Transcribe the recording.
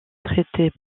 traitait